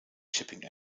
shipping